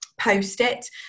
post-it